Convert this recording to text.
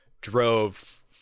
drove